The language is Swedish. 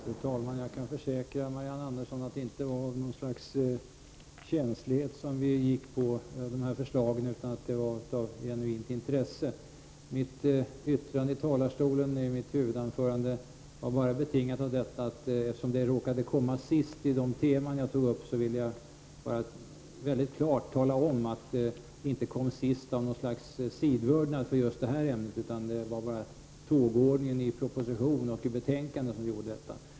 Fru talman! Jag kan försäkra Marianne Andersson i Vårgårda att det inte var av något slags känslighet vi tillstyrkte dessa förslag, utan att det kom sig av genuint intresse. Mitt yttrande från talarstolen i mitt huvudanförande var bara betingat av att denna fråga råkade komma sist bland de teman som jag tog upp. Jag vill väldigt klart tala om att frågan inte kom sist av något slags sidvördnad för just detta ämne, utan det var bara tågordningen i propositionen och i betänkandet som låg bakom.